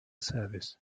service